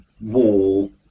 wall